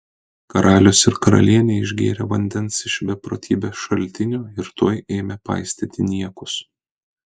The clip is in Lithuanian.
karalius ir karalienė išgėrė vandens iš beprotybės šaltinio ir tuoj ėmė paistyti niekus